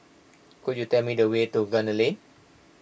could you tell me the way to Gunner Lane